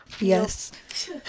Yes